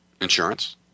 insurance